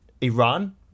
Iran